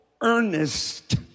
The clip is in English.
earnest